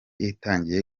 itangiye